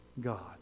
God